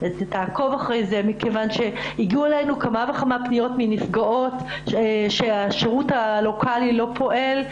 הגיעו אלינו כמה וכמה פניות מנפגעות על כך שהשירות הלוקאלי לא פועל.